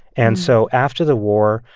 and so after the war,